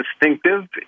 distinctive